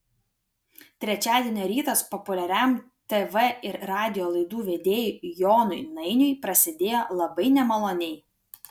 trečiadienio rytas populiariam tv ir radijo laidų vedėjui jonui nainiui prasidėjo labai nemaloniai